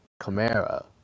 Camara